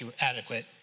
adequate